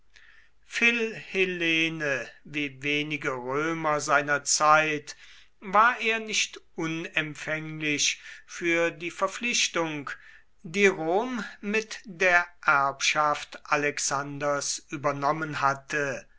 philhellene wie wenige römer seiner zeit war er nicht unempfänglich für die verpflichtung die rom mit der erbschaft alexanders übernommen hatte